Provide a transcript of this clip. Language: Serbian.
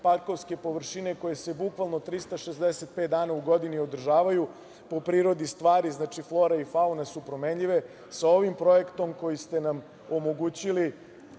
parkovske površine koje su bukvalno 365 dana u godini održavaju. Po prirodi stvari, flora i fauna su promenljive, sa ovim projektom koji ste nam omogućili